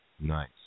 Nice